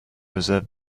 preserve